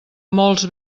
molts